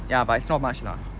ya but it's not much lah